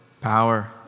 power